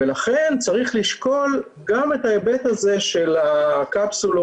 לכן צריך לשקול גם את ההיבט הזה של הקפסולות